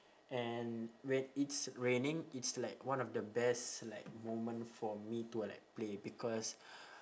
and when it's raining it's like one of the best like moment for me to like play because